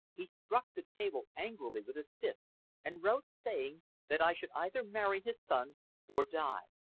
he struck the table angrily with his fist and wrote saying that i should either marry his son or die.